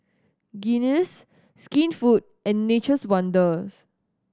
Guinness Skinfood and Nature's Wonders